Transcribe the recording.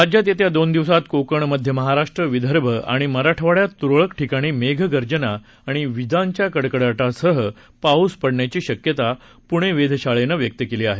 राज्यात येत्या दोन दिवसांत कोकण मध्य महाराष्ट्र विदर्भ आणि मराठवाड्यात तुरळक ठिकाणी मेघगर्जना आणि वीजांच्या कडकडाटासह पाऊस पडण्याची शक्यता पुणे वेधशाळेनं व्यक्त केली आहे